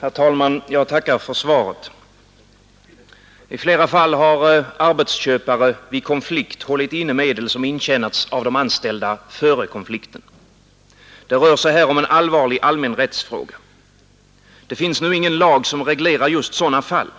Herr talman! Jag tackar inrikesministern för svaret. I flera fall har arbetsköpare vid konflikt hållit inne medel som intjänats av de anställda före konflikten. Det rör sig här om en allvarlig allmän rättsfråga. Det finns nu ingen lag som reglerar just sådana fall.